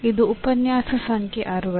ಮತ್ತು ಇದು ಉಪನ್ಯಾಸ ಸಂಖ್ಯೆ 60